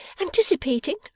anticipating